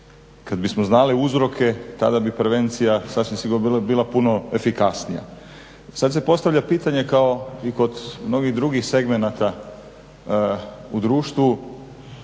Kad bismo znali uzroke tada bi prevencija sasvim sigurno bila puno efikasnija. Sad se postavlja pitanje kao i kod mnogih drugih segmenata u društvu,